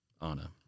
Anna